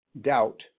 doubt